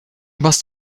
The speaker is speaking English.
must